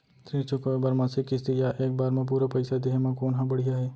ऋण चुकोय बर मासिक किस्ती या एक बार म पूरा पइसा देहे म कोन ह बढ़िया हे?